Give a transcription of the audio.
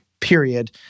period